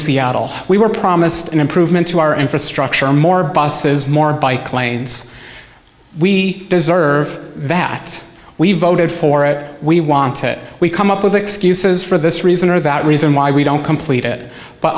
seattle we were promised an improvement to our infrastructure more buses more bike lanes we deserve that we voted for it we want it we come up with excuses for this reason or about reason why we don't complete it but